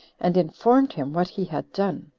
and informed him what he had done.